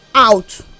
Out